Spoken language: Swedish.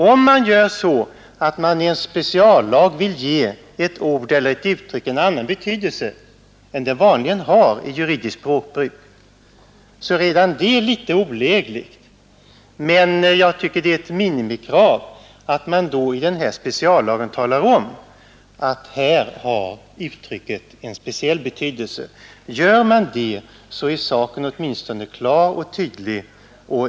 Om man i en speciallag vill ge ett ord eller ett uttryck en annan betydelse än den i juridiskt språkbruk vanliga, så är redan det litet olämpligt, och under alla förhållanden tycker jag det är ett minimikrav att man då i speciallagen talar om att här har uttrycket en speciell betydelse. Gör man det, så är saken klar och tydlig.